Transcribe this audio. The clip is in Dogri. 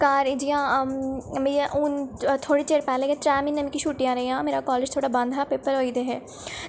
घर जि'यां मी हून थोह्ड़े चिर पैह्लें गै त्रै म्हीने मिकी छुट्टियां रेहियां मेरा कालेज थोह्ड़ा बंद हा पेपर होई दे हे ते